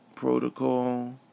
Protocol